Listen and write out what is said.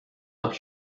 nach